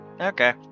Okay